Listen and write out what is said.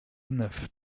neuf